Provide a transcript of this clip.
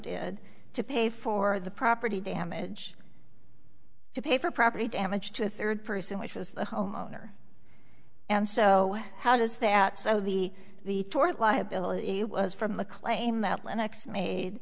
did to pay for the property damage to pay for property damage to a third person which was the homeowner and so how does that so the the tort liability was from the claim that linux made